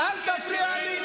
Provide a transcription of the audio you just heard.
שנייה, אל תפריע לי.